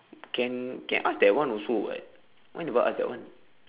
can can ask that one also [what] why never ask that one